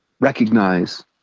recognize